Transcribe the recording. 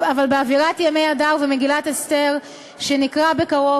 אבל באווירת ימי אדר ומגילת אסתר שנקרא בקרוב,